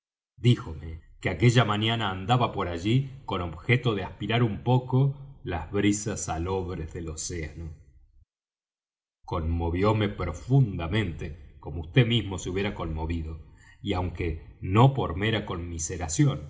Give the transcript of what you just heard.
díjome que aquella mañana andaba por allí con objeto de aspirar un poco las brisas salobres del océano conmovióme profundamente como vd mismo se hubiera conmovido y aunque no por mera conmiseración le